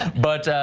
but,